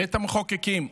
לבית המחוקקים.